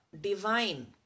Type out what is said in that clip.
Divine